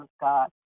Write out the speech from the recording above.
God